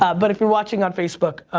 ah but if you're watching on facebook,